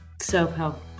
self-help